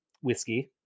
Whiskey